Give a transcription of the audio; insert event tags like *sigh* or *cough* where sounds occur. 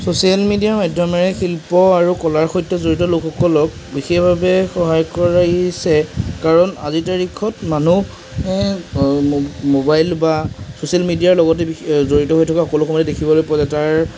social media মাধ্যমেৰে শিল্প আৰু কলাৰ সৈতে জড়িত লোকসকলক বিশেষভাৱে সহায় কৰিছে কাৰণ আজি তাৰিখত মানুহে ম'বাইল বা চ'ছিয়েল মিডিয়াৰ লগতে *unintelligible* জড়িত হৈ থকা সকলো সময়তে দেখিবলৈ পোৱা যায় তাৰ